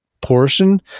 portion